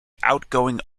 outgoing